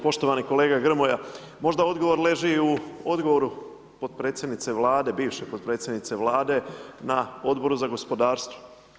Poštovani kolega Grmoja, možda odgovor leži u odgovoru potpredsjednice Vlade, bivše potpredsjednice Vlade na Odboru za gospodarstvo.